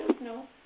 No